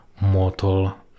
mortal